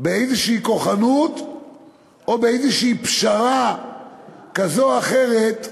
באיזו כוחנות או באיזו פשרה כזאת או אחרת,